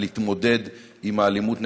להתמודד עם האלימות נגדם,